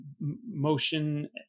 motion